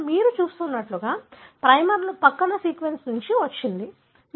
ఇప్పుడు మీరు చూస్తున్నట్లుగా ప్రైమర్లు పక్కల సీక్వెన్స్ నుండి వచ్చాయి